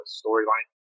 storyline